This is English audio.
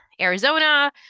Arizona